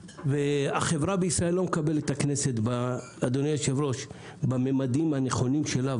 והחברה בישראל לא מקבלת את הכנסת בממדים הנכונים שלה,